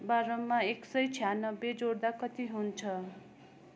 बाह्रमा एक सय छयान्नब्बे जोड्दा कति हुन्छ